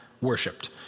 worshipped